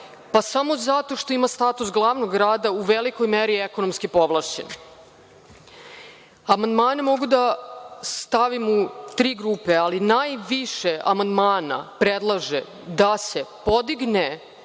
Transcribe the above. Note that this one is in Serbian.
pa samo zato što ima status glavnog grada, u velikoj meri ekonomski povlašćen. Amandmane mogu da stavim u tri grupe, ali najviše amandmana predlaže da se podigne